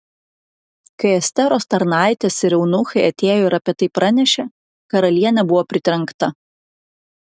kai esteros tarnaitės ir eunuchai atėjo ir apie tai pranešė karalienė buvo pritrenkta